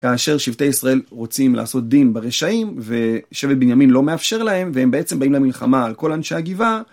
כאשר שבטי ישראל רוצים לעשות דין ברשעים, ושבט בנימין לא מאפשר להם, והם בעצם באים למלחמה על כל אנשי הגיבעה.